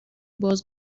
باز